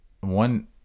one